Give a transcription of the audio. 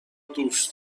دوست